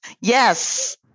Yes